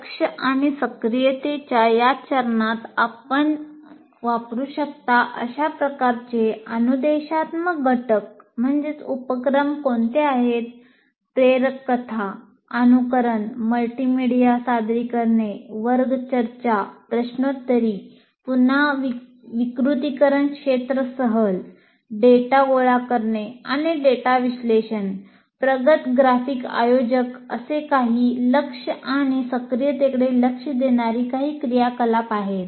लक्ष आणि सक्रियतेच्या या चरणात आपण वापरू शकता अशा प्रकारचे अनुदेशात्मक घटक गोळा करणे आणि डेटा विश्लेषण प्रगत ग्राफिक आयोजक असे काही लक्ष आणि सक्रियतेकडे लक्ष देणारी काही क्रियाकलाप आहेत